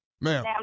Ma'am